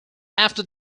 after